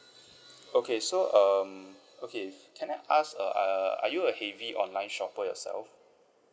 okay so um okay can I ask uh uh are you a heavy online shopper yourself